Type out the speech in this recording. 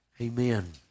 amen